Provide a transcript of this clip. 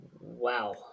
wow